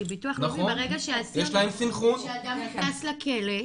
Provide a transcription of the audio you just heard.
כי ביטוח לאומי ברגע שאדם נכנס לכלא,